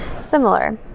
Similar